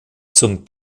zum